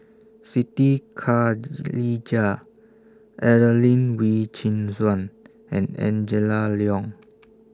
Siti Khalijah Adelene Wee Chin Suan and Angela Liong